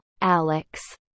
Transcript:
Alex